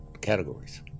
categories